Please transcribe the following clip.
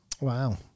Wow